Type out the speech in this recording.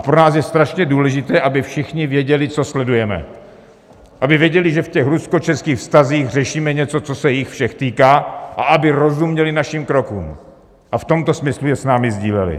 Pro nás je strašně důležité, aby všichni věděli, co sledujeme, aby věděli, že v ruskočeských vztazích řešíme něco, co se jich všech týká, a aby rozuměli našim krokům a v tomto smyslu je s námi sdíleli.